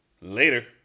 Later